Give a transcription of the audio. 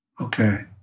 Okay